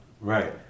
Right